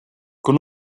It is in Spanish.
con